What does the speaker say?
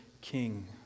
king